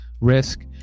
risk